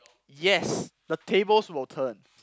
yes the tables will turn